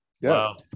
Yes